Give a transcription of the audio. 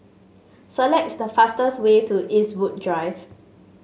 selects the fastest way to Eastwood Drive